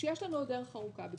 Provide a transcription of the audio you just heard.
עוד דרך ארוכה.